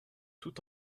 tout